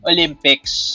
Olympics